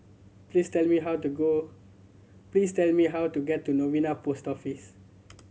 please tell me how to go please tell me how to get to Novena Post Office